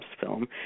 film